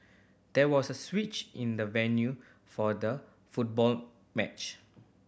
there was a switch in the venue for the football match